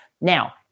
Now